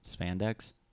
Spandex